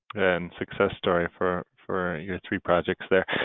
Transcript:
and success story for for your three projects there.